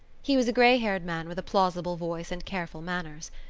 he was a grey-haired man, with a plausible voice and careful manners.